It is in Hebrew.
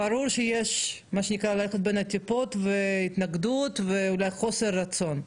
ברור שיש מה שנקרא ללכת בין הטיפות והתנגדות ואולי חוסר רצון,